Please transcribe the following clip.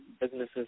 businesses